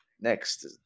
next